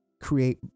create